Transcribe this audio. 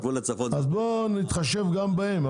אז בוא נתחשב גם בהם,